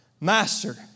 Master